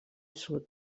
sud